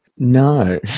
No